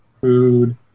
food